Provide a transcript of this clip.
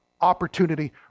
opportunity